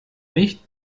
nicht